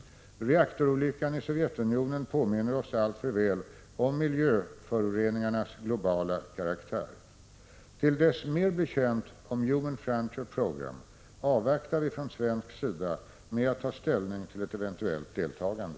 Reaktorolyckan i Sovjetunionen påminner oss alltför väl om miljöföroreningarnas globala karaktär. Till dess mer blir känt om Human frontier program avvaktar vi från svensk sida med att ta ställning till ett eventuellt deltagande.